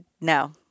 no